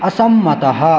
असम्मतः